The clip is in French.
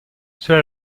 cela